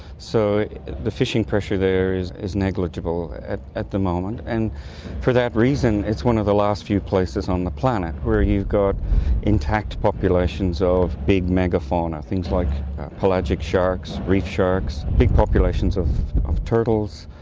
so the fishing pressure there is is negligible at at the moment, and for that reason it's one of the last few places on the planet where you've got intact populations of big mega fauna things like pelagic sharks, reef sharks, big populations of of turtles,